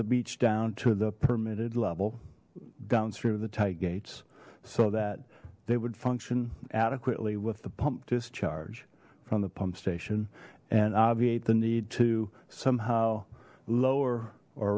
the beach down to the permitted level down through the tight gates so that they would function adequately with the pump discharge from the pump station and obviate the need to somehow lower or